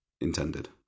intended